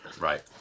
Right